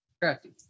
Crafty